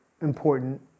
important